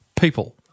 People